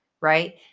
right